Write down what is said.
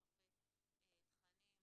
שלוש השנים האלה